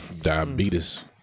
Diabetes